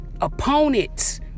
opponents